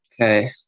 Okay